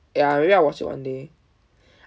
ya I'll watch it one day